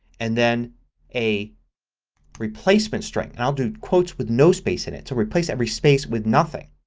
and then a replacement string and i'll do quotes with no space in it. so replace every space with nothing.